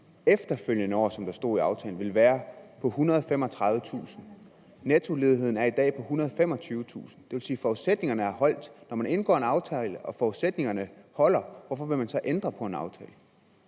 personer, som der stod i aftalen. Nettoledigheden er i dag på 125.000. Det vil sige, at forudsætningerne har holdt. Når man har indgået en aftale og forudsætningerne holder, hvorfor vil man så ændre på en aftale?